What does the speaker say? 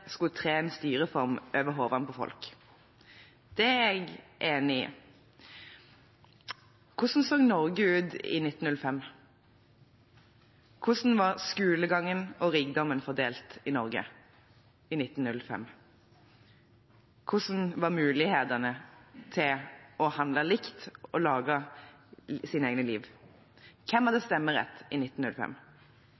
jeg enig i. Hvordan så Norge ut i 1905? Hvordan var skolegangen og rikdommen fordelt i Norge i 1905? Hvordan var mulighetene til å handle likt og forme sitt eget liv? Hvem hadde stemmerett i 1905? Avstemningen den gang var